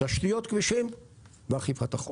תשתיות כבישים ואכיפת החוק.